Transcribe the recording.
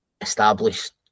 established